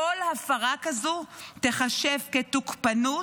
כל הפרה כזו תיחשב כתוקפנות.